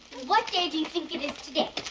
what day do you think it is today?